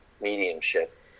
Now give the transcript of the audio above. mediumship